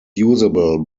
usable